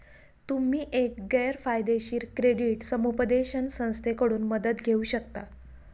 तुम्ही एक गैर फायदेशीर क्रेडिट समुपदेशन संस्थेकडून मदत घेऊ शकता